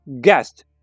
guest